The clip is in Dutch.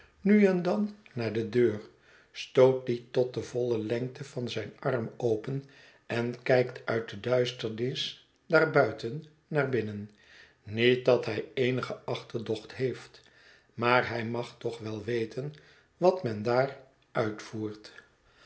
nu en dan naar de deur stoot die tot de volle lengte van zijn arm open en kijkt uit de duisternis daarbuiten naar binnen niet dat hij eenigen achterdocht heeft maar hij mag toch wel weten wat men daar uitvoert